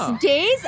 Days